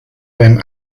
beim